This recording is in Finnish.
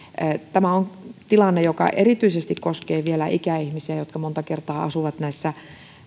tämä on tilanne joka vielä erityisesti koskee ikäihmisiä jotka monta kertaa asuvat näissä